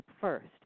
first